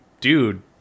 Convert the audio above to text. dude